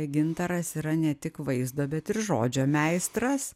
gintaras yra ne tik vaizdo bet ir žodžio meistras